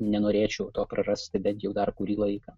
nenorėčiau to prarasti bent jau dar kurį laiką